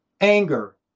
Anger